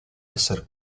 esser